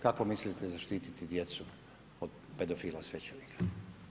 Kako mislite zaštiti djecu od pedofila svećenika?